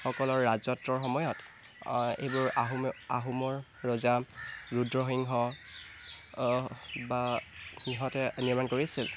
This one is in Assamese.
সকলৰ ৰাজত্বৰ সময়ত এইবোৰ আহোমে আহোমৰ ৰজা ৰুদ্ৰসিংহ বা সিহঁতে নিৰ্মাণ কৰিছিল